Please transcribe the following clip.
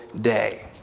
day